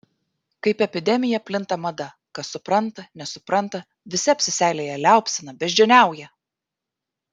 kaip epidemija plinta mada kas supranta nesupranta visi apsiseilėję liaupsina beždžioniauja